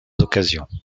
occasions